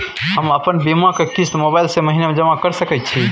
हम अपन बीमा के किस्त मोबाईल से महीने में जमा कर सके छिए?